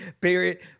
Period